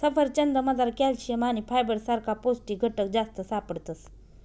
सफरचंदमझार कॅल्शियम आणि फायबर सारखा पौष्टिक घटक जास्त सापडतस